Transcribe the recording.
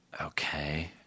Okay